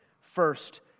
first